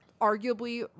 arguably